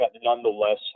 nonetheless